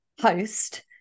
host